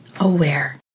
aware